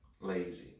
lazy